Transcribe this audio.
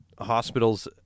Hospitals